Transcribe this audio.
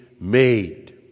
made